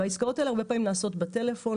העסקאות האלה הרבה פעמים נעשות בטלפון,